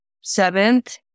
seventh